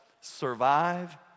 survive